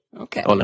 Okay